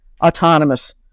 autonomous